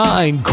Nine